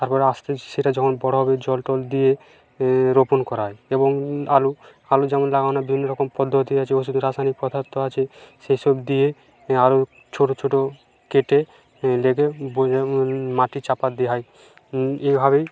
তারপরে আস্তে সেটা যখন বড়ো হবে জল টল দিয়ে রোপণ করা হয় এবং আলু আলু যেমন লাগানো বিভিন্ন রকম পদ্ধতি আছে ওষুধ রাসায়নিক পদার্থ আছে সেই সব দিয়ে আরও ছোটো ছোটো কেটে লেগে মাটি চাপা দে হায় এভাবেই